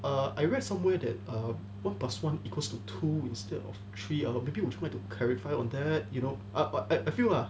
err I read somewhere that err one plus one equals to two instead of three or maybe would you like to clarify on that you know I I feel lah